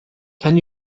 can